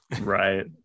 Right